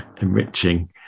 enriching